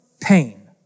pain